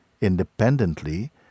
independently